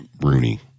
Rooney